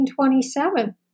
1927